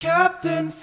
Captain